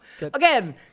again